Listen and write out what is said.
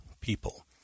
people